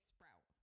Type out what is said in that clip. Sprout